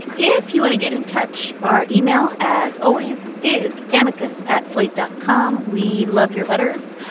if you want to get in touch. our email, as always, is damarcus at slate dot com. we love your letters.